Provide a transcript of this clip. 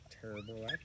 terrible